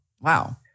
Wow